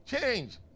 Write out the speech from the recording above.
Change